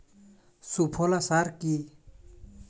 সুফলা সার কি?